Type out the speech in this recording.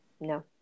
No